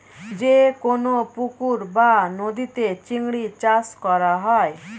যে কোন পুকুর বা নদীতে চিংড়ি চাষ করা হয়